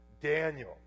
Daniel